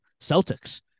Celtics